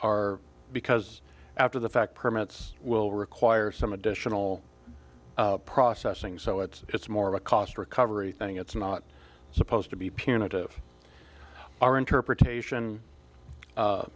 are because after the fact permits will require some additional processing so it's more of a cost recovery thing it's not supposed to be punitive our interpretation